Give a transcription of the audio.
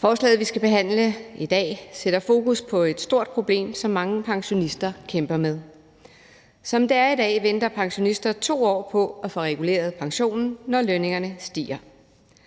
Forslaget, vi skal behandle her, sætter fokus på et stort problem, som mange pensionister kæmper med. Som det er i dag, venter pensionister 2 år på at få reguleret pensionen, når lønningerne stiger.